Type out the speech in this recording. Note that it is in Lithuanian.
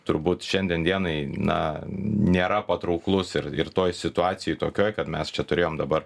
turbūt šiandien dienai na nėra patrauklus ir ir toj situacijoj tokioj kad mes čia turėjom dabar